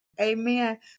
Amen